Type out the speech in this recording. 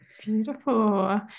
Beautiful